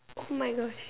!oh-my-gosh!